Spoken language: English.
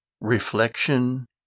reflection